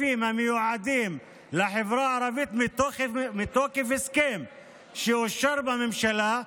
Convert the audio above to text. כספים המיועדים לחברה הערבית מתוקף הסכם שאושר בממשלה,